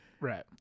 Right